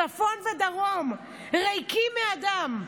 צפון ודרום, ריקים מאדם,